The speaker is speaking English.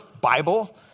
Bible